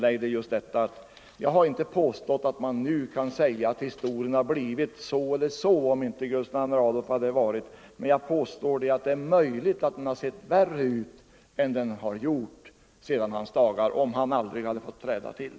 Jag har inte påstått att man nu kan säga att historien skulle ha blivit så eller så om inte Gustav II Adolf hade varit, men jag påstår att det är möjligt att den hade sett värre ut än den gör om han aldrig fått träda till.